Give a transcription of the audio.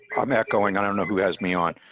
i'm echoing i don't know who has me on.